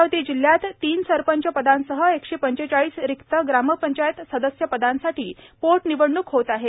अमरावती जिल्ह्यात तीन सरपंच पदांसह एकशेपंचेचाळीस रिक्त ग्रांमपंचायत सदस्य पदांसाठी पोटनिवडणूक होत आहे